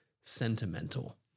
sentimental